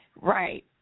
right